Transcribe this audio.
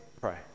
pray